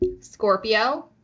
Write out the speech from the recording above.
Scorpio